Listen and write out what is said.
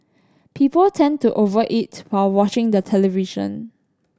people tend to over eat while watching the television